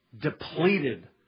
depleted